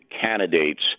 candidates